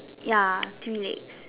ya three legs